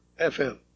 FM